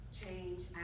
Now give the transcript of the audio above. change